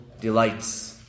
delights